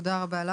תודה רבה.